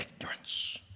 ignorance